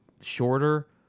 shorter